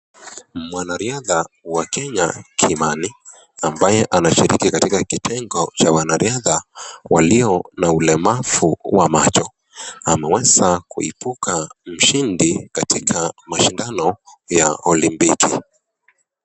Mwanariadha wa Kenya Kimani ambaye anashiriki katika kitengo cha wanariadha walio na ulimavu wa macho ameweza kuibuka mashindi katika mashindano ya olimpiki.